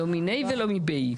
לֹא מִנֵּהּ וְלֹא מבֵהּ.